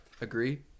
Agree